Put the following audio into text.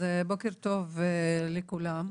בוקר טוב לכולם,